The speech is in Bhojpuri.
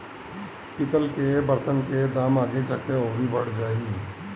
पितल कअ बर्तन के दाम आगे जाके अउरी बढ़ जाई